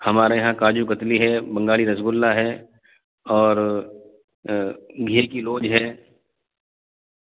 ہمارے یہاں کاجو کتلی ہے بنگالی رسگلہ ہے اور گھیر کی لوج ہے